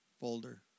Folder